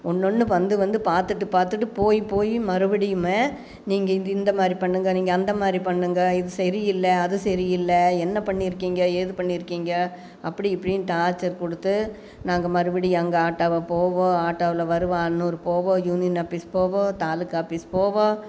ஒன்னொன்று வந்து வந்து பார்த்துட்டு பார்த்துட்டு போய் போய் மறுபடியுமே நீங்கள் இங்கே இந்தமாதிரி பண்ணுங்க நீங்கள் அந்தமாதிரி பண்ணுங்க இது சரி இல்லை அது சரி இல்லை என்ன பண்ணியிருக்கீங்க எது பண்ணியிருக்கீங்க அப்படி இப்படின்ட்டு டார்ச்சர் கொடுத்து நாங்கள் மறுபடியும் அங்கே ஆட்டோவ போவோம் ஆட்டோவில வருவோம் அந்நூர் போவோம் யூனியன் ஆபிஸ் போவோம் தாலுக்கா ஆபிஸ் போவோம்